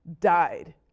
Died